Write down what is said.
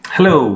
Hello